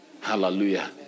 Hallelujah